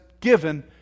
given